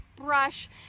brush